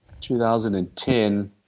2010